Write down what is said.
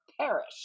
perish